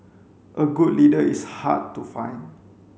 a good leader is hard to find